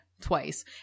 twice